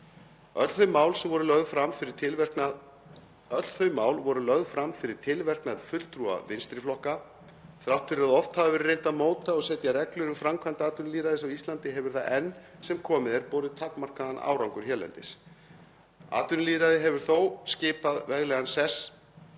Öll þau mál voru lögð fram fyrir tilverknað fulltrúa vinstri flokka. Þrátt fyrir að oft hafi verið reynt að móta og setja reglur um framkvæmd atvinnulýðræðis á Íslandi hefur það enn sem komið er borið takmarkaðan árangur hérlendis. Atvinnulýðræði hefur þó skipað veglegan sess